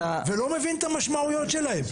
ולא מבין את המשמעויות שלהם.